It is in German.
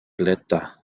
blätter